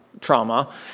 trauma